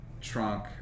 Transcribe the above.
trunk